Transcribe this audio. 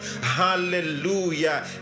hallelujah